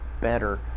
better